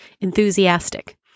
enthusiastic